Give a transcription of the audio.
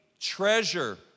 treasure